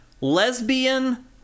lesbian